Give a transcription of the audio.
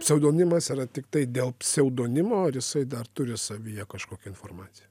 pseudonimas yra tiktai dėl pseudonimo ar jisai dar turiu savyje kažkokią informaciją